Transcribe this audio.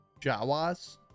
jawas